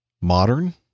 modern